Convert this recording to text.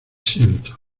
siento